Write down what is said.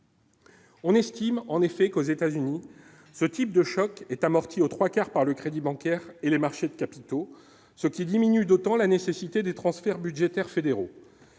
On estime en effet qu'aux États-Unis ce type de choc est amorti aux 3 quarts par le crédit bancaire et les marchés de capitaux, ce qui diminue d'autant la nécessité des transferts budgétaires fédéraux